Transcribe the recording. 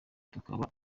tukaba